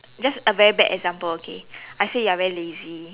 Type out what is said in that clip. just a very bad example okay I say you are very lazy